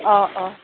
অঁ অঁ